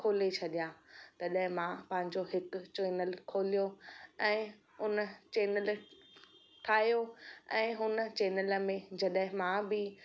खोले छॾिया तॾहिं मांजो हिकु चैनल खोलियो ऐं हुन चैनल ठाहियो ऐं हुन चैनल में जॾहिं मां बि